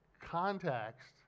context